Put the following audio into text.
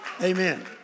Amen